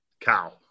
cow